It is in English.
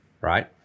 right